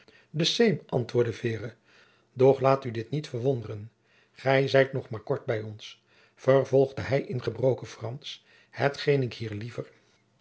antwoordde vere doch laat u dit niet verwonderen gij zijt nog maar kort bij ons vervolgde hij in gebroken fransch hetgeen ik hier liever